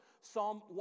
Psalm